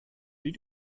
die